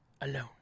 alone